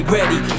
ready